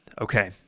Okay